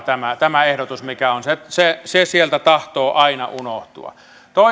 tämä tämä ehdotus mikä on auttaa ihan kaikkien pienituloisten asemaan se sieltä tahtoo aina unohtua